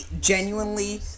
genuinely